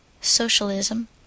Socialism